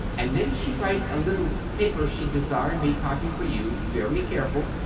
and then she write a little paper she desire me copy for you very careful.